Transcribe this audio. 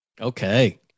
Okay